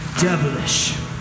devilish